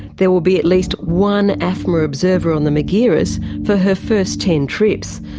there will be at least one afma observer on the margiris for her first ten trips.